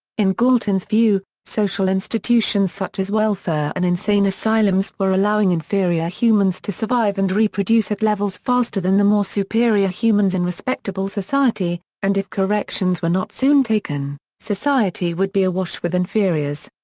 in galton's view, social institutions such as welfare and insane asylums were allowing inferior humans to survive and reproduce at levels faster than the more superior humans in respectable society, and if corrections were not soon taken, society would be awash with inferiors.